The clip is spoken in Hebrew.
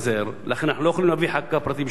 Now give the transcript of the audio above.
ולכן אנחנו לא יכולים להביא חקיקה פרטית בשבוע הבא.